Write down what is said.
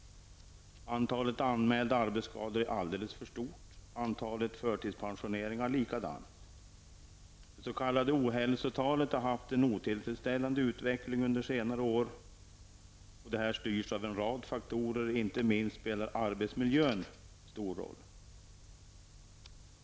Antalet anmälda arbetsskador är alldeles för stort, antalet förtidspensioneringar likadant. Det s.k. ohälsotalet har haft en otillfredsställande utveckling under senare år. Detta styrs av en rad faktorer, inte minst spelar arbetsmiljön en stor roll.